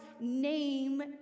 name